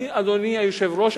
אדוני היושב-ראש,